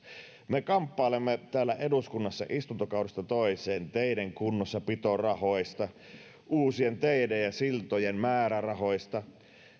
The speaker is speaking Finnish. me kamppailemme täällä eduskunnassa istuntokaudesta toiseen teiden kunnossapitorahoista uusien teiden ja siltojen määrärahoista